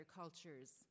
culture's